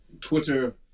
Twitter